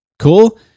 Cool